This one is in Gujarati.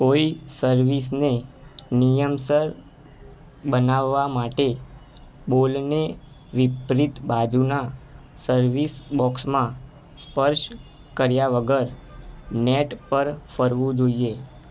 કોઈ સર્વિસને નિયમસર બનાવવા માટે બોલને વિપરીત બાજુના સર્વિસ બોક્સમાં સ્પર્શ કર્યા વગર નેટ પર ફરવું જોઈએ